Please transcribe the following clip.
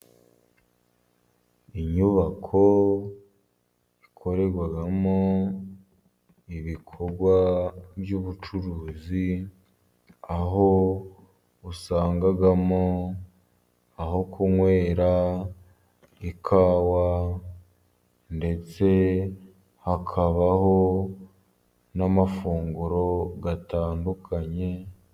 Inyubako ikorerwamo ibikorwa by'ubucuruzi, aho usangamo aho kunywera ikawa ndetse hakabaho n'amafunguro atandukanye.